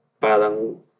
parang